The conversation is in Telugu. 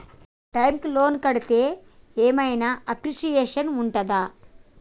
టైమ్ కి లోన్ కడ్తే ఏం ఐనా అప్రిషియేషన్ ఉంటదా?